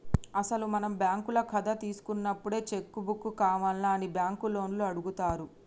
అసలు మనం బ్యాంకుల కథ తీసుకున్నప్పుడే చెక్కు బుక్కు కావాల్నా అని బ్యాంకు లోన్లు అడుగుతారు